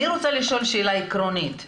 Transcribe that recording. אני רוצה לשאול שאלה עקרונית,